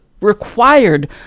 required